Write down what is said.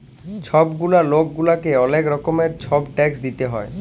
ছব গুলা লক গুলাকে অলেক রকমের ছব ট্যাক্স দিইতে হ্যয়